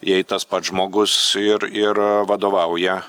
jei tas pats žmogus ir ir vadovauja